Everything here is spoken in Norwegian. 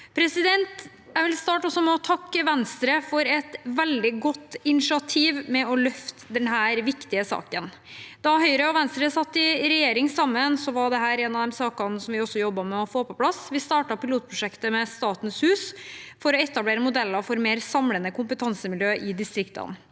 ta opp. Jeg vil starte med å takke Venstre for et veldig godt initiativ med å løfte denne viktige saken. Da Høyre og Venstre satt i regjering sammen, var dette en av de sakene vi jobbet med å få på plass. Vi startet pilotprosjektet Statens hus for å etablere modeller for mer samlende kompetansemiljøer i distriktene.